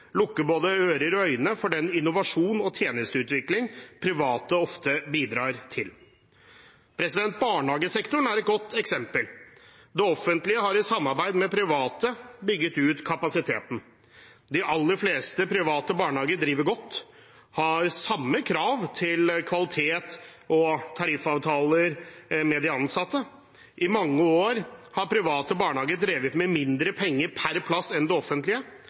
lukke både ører og øyne for den innovasjon og tjenesteutvikling private ofte bidrar til. Barnehagesektoren er et godt eksempel. Det offentlige har i samarbeid med private bygget ut kapasiteten. De aller fleste private barnehager driver godt og har samme krav som det offentlige til kvalitet og tariffavtaler med de ansatte. I mange år har private barnehager drevet med mindre penger per plass enn det offentlige.